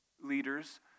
leaders